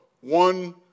one